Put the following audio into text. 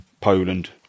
Poland